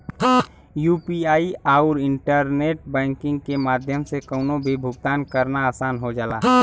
UPI आउर internet banking के माध्यम से कउनो भी भुगतान करना आसान हो जाला